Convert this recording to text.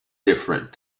different